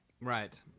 Right